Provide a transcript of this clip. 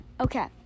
Okay